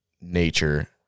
nature